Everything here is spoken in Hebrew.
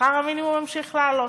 שכר המינימום המשיך לעלות.